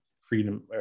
freedom